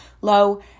Low